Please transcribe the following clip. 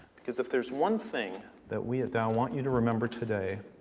because if there's one thing that we at dow want you to remember today,